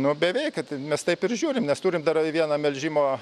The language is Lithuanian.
nu beveik kad mes taip ir žiūrim nes turim dar vieną melžimo